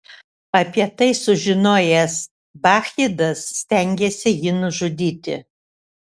apie tai sužinojęs bakchidas stengėsi jį nužudyti